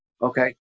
Okay